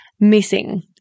Missing